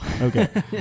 Okay